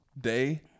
day